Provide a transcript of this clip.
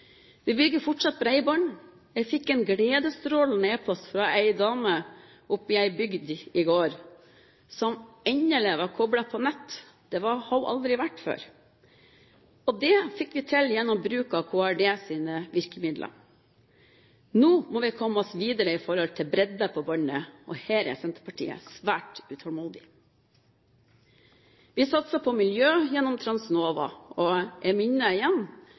Vi bygger fortsatt bredbånd. Jeg fikk en gledesstrålende e-post fra en dame oppe i ei bygd i går, som endelig var koblet på nett. Det hadde hun aldri vært før. Det fikk vi til gjennom bruk av Kommunal- og regionaldepartementets virkemidler. Nå må vi komme oss videre med bredden på båndet. Her er Senterpartiet svært utålmodig. Vi satser på miljø gjennom Transnova. Jeg minner igjen